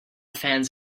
fans